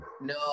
no